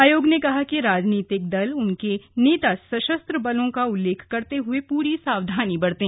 आयोग ने कहा कि राजनीतिक दल और उनके नेता सशस्त्र बलों का उल्लेख करते हुए पूरी सावधानी बरतें